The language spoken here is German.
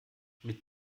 mit